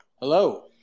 Hello